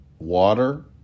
water